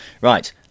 Right